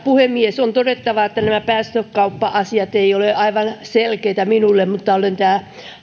puhemies on todettava että nämä päästökauppa asiat eivät ole aivan selkeitä minulle mutta olen tästä